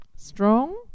Strong